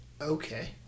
Okay